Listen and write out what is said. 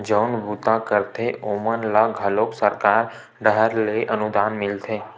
जउन बूता करथे ओमन ल घलो सरकार डाहर ले अनुदान मिलथे